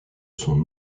son